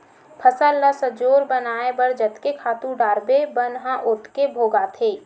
फसल ल सजोर बनाए बर जतके खातू डारबे बन ह ओतके भोगाथे